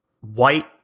white